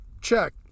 check